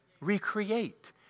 recreate